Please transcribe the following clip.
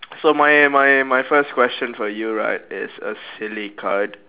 so my my my first question for you right is a silly card